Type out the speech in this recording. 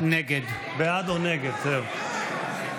בעד או נגד, זהו.